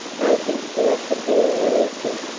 both in philosophy and religion.